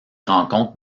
rencontre